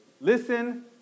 Listen